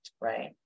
right